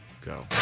go